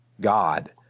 God